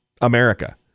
America